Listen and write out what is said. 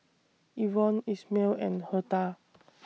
Evon Ismael and Hertha